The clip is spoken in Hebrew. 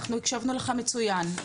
אנחנו הקשבנו לך מצוין,